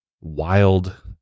wild